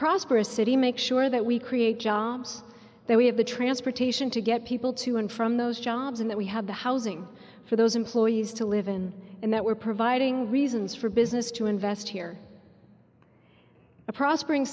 prosperous city make sure that we create jobs that we have the transportation to get people to and from those jobs and that we have the housing for those employees to live in and that we're providing reasons for business to invest here a prospering